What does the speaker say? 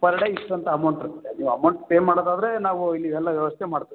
per day ಇಷ್ಟು ಅಂತ amount ಇರುತ್ತೆ ನೀವು ಅಮೌಂಟ್ ಪೇ ಮಾಡೋದಾದರೆ ನಾವು ಇಲ್ಲಿ ಎಲ್ಲ ವ್ಯವಸ್ಥೆ ಮಾಡ್ತೀವಿ